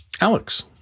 Alex